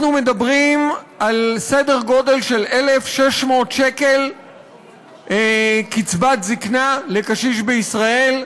אנחנו מדברים על סדר גודל של 1,600 שקל קצבת זיקנה לקשיש בישראל,